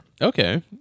Okay